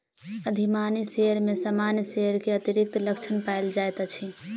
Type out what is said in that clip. अधिमानी शेयर में सामान्य शेयर के अतिरिक्त लक्षण पायल जाइत अछि